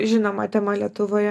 žinoma tema lietuvoje